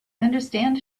understand